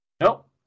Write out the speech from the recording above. Nope